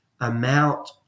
amount